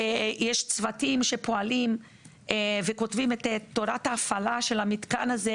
יש צוותים שפועלים וכותבים את תורת ההפעלה של המתקן הזה,